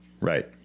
Right